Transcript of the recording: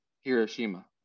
Hiroshima